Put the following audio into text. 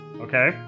okay